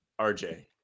rj